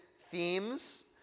themes